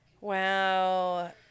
Wow